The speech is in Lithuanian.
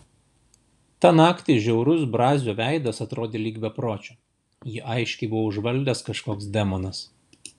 tą naktį žiaurus brazio veidas atrodė lyg bepročio jį aiškiai buvo užvaldęs kažkoks demonas